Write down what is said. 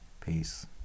peace